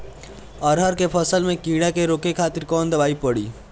अरहर के फसल में कीड़ा के रोके खातिर कौन दवाई पड़ी?